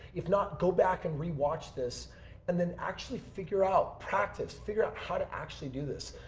if not, go back and re-watch this and then actually figure out practice. figure out how to actually do this.